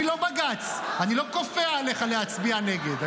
אני לא בג"ץ, אני לא כופה עליך להצביע נגד.